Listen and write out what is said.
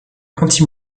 anti